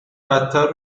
بدتر